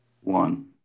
One